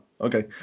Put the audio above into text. okay